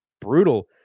brutal